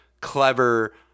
clever